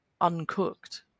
uncooked